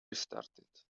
restarted